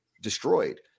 destroyed